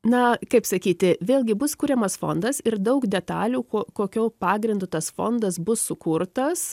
na kaip sakyti vėlgi bus kuriamas fondas ir daug detalių ko kokiu pagrindu tas fondas bus sukurtas